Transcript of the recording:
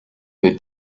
they